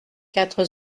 quatre